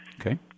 Okay